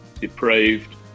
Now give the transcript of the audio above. depraved